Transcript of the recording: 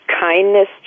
kindness